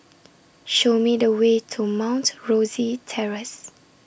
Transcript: Show Me The Way to Mount Rosie Terrace